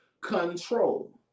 control